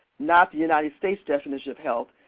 not the united states definition of health.